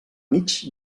mig